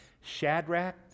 Shadrach